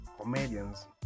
comedians